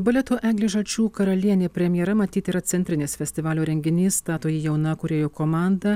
baleto eglė žalčių karalienė premjera matyt yra centrinis festivalio renginys stato jį jauna kūrėjų komanda